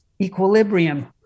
equilibrium